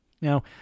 now